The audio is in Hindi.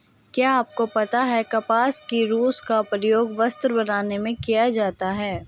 क्या आपको पता है कपास की रूई का प्रयोग वस्त्र बनाने में किया जाता है?